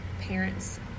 parents